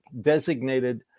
Designated